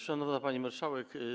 Szanowna Pani Marszałek!